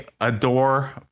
Adore